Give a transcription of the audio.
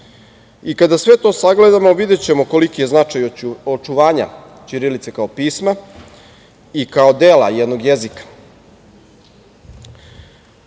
Kada sve to sagledamo videćemo koliki je značaj očuvanja ćirilice kao pisma i kao dela jednog jezika. Prošlo